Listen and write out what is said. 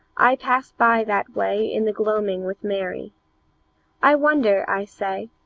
i pass by that way in the gloaming with mary i wonder i say,